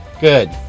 Good